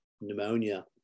pneumonia